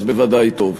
אז בוודאי טוב.